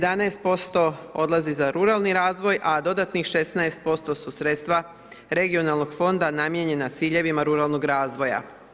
11% odlazi za ruralni razvoj a dodatnih 16% su sredstva regionalnog fonda namijenjena ciljevima ruralnog razvoja.